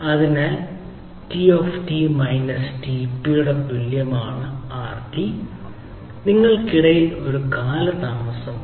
അതിനാൽ Tt മൈനസ്Tp യുടെ തുല്യമാണ് Rt നിങ്ങൾക്കിടയിൽ ഒരു കാലതാമസമുണ്ട്